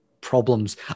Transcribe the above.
problems